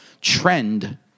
trend